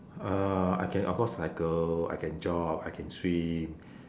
uh I can of course cycle I can jog I can swim